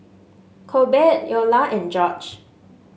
Corbett Eola and George